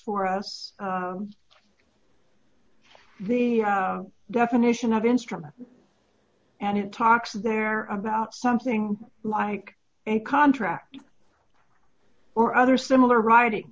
for us the definition of instrument and it talks there about something like a contract or other similar riding